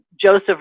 Joseph